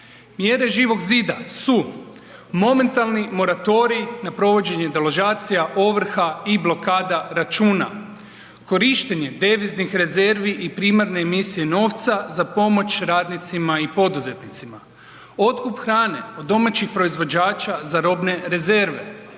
Mjere Živog zida su momentalni moratorij na provođenje deložacija, ovrha i blokada računa, korištenje deviznih rezervi i primarne emisije novca za pomoć radnicima i poduzetnicima. Otkup hrane od domaćih proizvođača za robne rezerve,